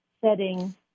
setting